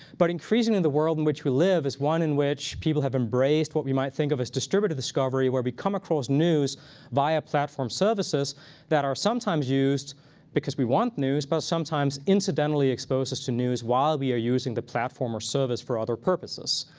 but increasingly, the world in which we live is one in which people have embraced what we might think of as distributed discovery, where we come across news via platform services that are sometimes used because we want news but sometimes incidentally expose us to news while we are using the platform or service for other purposes.